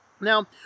Now